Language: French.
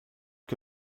que